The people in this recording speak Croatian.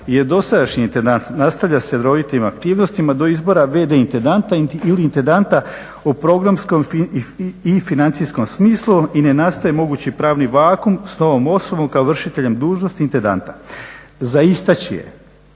Jer dosadašnji intendant nastavlja sa redovitim aktivnostima do izbora v.d. intendanta ili intendanta o programskom i financijskom smislu i ne nastaje mogući pravni vakuum s novom osobom kao vršiteljem dužnosti intendanta. Za istaći